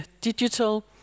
digital